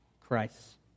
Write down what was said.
Christ